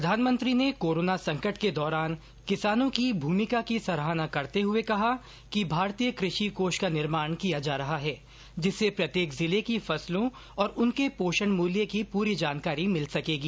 प्रधानमंत्री ने कोराना संकट के दौरान किसानों की भूमिका की सराहना करते हुए कहा कि भारतीय कृषि कोष का निर्माण किया जा रहा है जिससे प्रत्येक जिले की फसलों और उनके पोषण मूल्य की प्ररी जानकारी मिल सकेगी